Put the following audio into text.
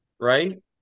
right